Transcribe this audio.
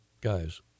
guys